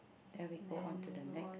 then we go on to the next